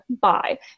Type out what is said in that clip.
Bye